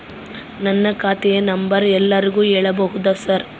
ನನ್ನ ಖಾತೆಯ ನಂಬರ್ ಎಲ್ಲರಿಗೂ ಹೇಳಬಹುದಾ ಸರ್?